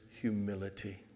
Humility